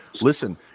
listen